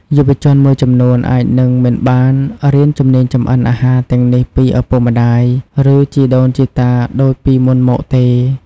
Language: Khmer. យុវជនមួយចំនួនអាចនឹងមិនបានរៀនជំនាញចម្អិនអាហារទាំងនេះពីឪពុកម្តាយ ឬជីដូនជីតាដូចពីមុនមកទេ ។